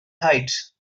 heights